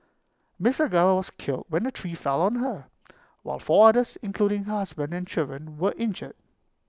miss Gao was killed when the tree fell on her while four others including her husband and children were injured